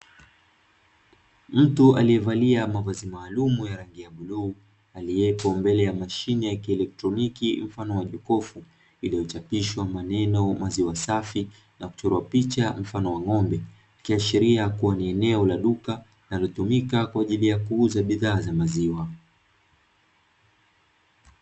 Mtu aliyevalia mavazi maalumu ya rangi ya bluu, aliyepo mbele ya mashine ya kielektroniki mfano wa jokofu, iliyochapishwa maneno maziwa safi, na kuchora picha mfano wa ng'ombe, ikiashiria kuwa ni eneo la duka, linalotumika kwa ajili ya kuuza bidhaa za maziwa.